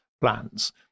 plans